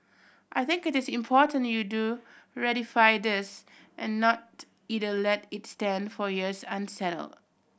I think it is important you do ratify this and not either let it stand for years unsettled